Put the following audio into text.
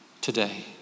today